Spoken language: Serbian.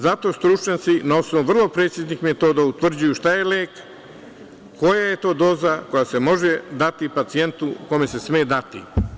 Zato stručnjaci, na osnovu vrlo preciznih metoda utvrđuju šta je lek, koja je to doza koja se može dati pacijentu kome se sme dati.